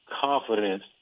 confidence